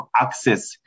access